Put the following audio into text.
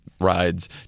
rides